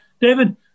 David